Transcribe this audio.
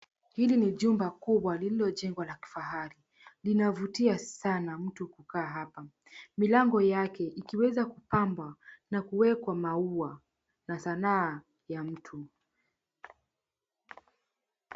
Hili ni jumba kubwa lililojengwa la kifahari. Linavutia sana mtu kukaa hapa. Milango yake ikiweza kupambwa na kuwekwa maua na sanaa ya mtu.